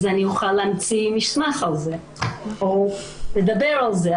אז אני אוכל להמציא מסמך על זה או לדבר על זה.